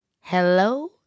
Hello